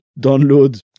download